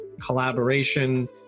collaboration